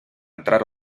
entrar